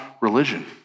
religion